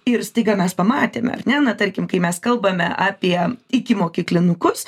ir staiga mes pamatėme ar ne na tarkim kai mes kalbame apie ikimokyklinukus